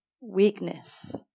weakness